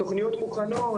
התוכניות מוכנות,